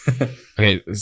Okay